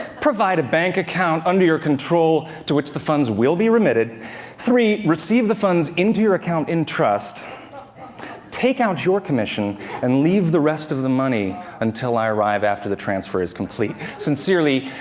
provide a bank account under your control to which the funds will be remitted three, receive the funds into your account in trust take out your commission and leave the rest of the money until i arrive, after the transfer is complete. sincerely,